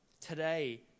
Today